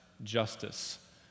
Justice